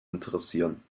interessieren